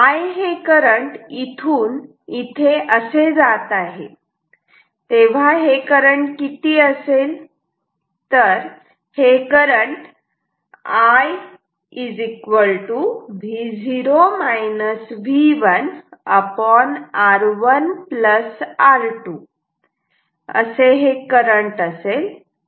I हे current इथून इथे असे जात आहे तेव्हा हे करंट किती असेल